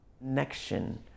connection